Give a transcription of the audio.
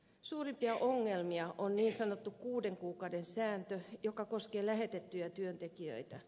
suurimpia ongelmia on niin sanottu kuuden kuukauden sääntö joka koskee lähetettyjä työntekijöitä